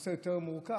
הנושא יותר מורכב,